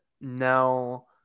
no